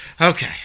Okay